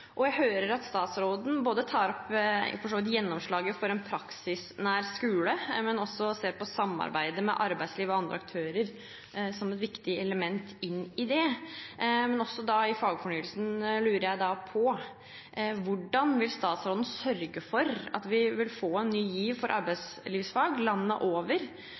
Jeg hører at statsråden tar opp for så vidt gjennomslaget for en praksisnær skole, men også ser på samarbeidet med arbeidsliv og andre aktører som et viktig element inn i det. Men i fagfornyelsen lurer jeg på hvordan statsråden vil sørge for at vi vil få en ny giv for arbeidslivsfag landet over.